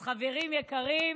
אז חברים יקרים,